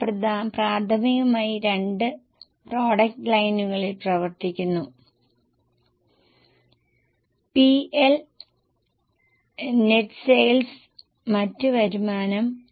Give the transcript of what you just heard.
വിവിധ അടിസ്ഥാന സൌകര്യ പദ്ധതികൾ റോഡ് ശൃംഖലകൾ മുതലായവ വരാനിരിക്കുന്നു റോഡ് ശൃംഖലകൾ ഭവന പദ്ധതികൾ എന്നിവ വരുന്നു സർക്കാരിന്റെ പിന്തുണയുള്ള പല പദ്ധതികളും വരുന്നതിനാൽ കൂടുതൽ വിൽപ്പനയ്ക്ക് സാധ്യതയുണ്ട്